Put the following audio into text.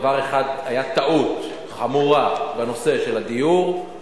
דבר אחד היה טעות חמורה בנושא של הדיור,